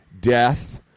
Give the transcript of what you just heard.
Death